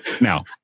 now